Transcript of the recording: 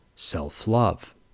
self-love